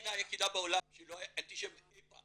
המדינה היחידה בעולם שלא היה אנטישמיות אי-פעם